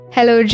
Hello